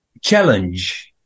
challenge